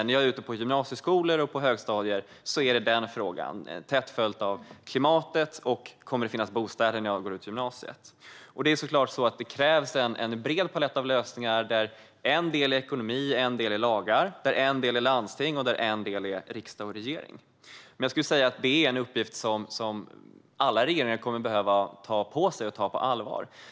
När jag är ute på gymnasieskolor och högstadier är det denna fråga, tätt följd av klimatet och om det kommer att finnas bostäder när man går ut gymnasiet, som är den viktigaste. Det behövs såklart en bred palett av lösningar, där en del är ekonomi och en del är lagar, en del är landsting och en del är riksdag och regering. Jag skulle säga att det är en uppgift som alla regeringar kommer att behöva ta på sig och ta på allvar.